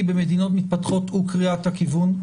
במדינות מתפתחות הוא קריאת הכיוון,